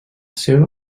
seva